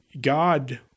God